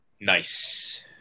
Nice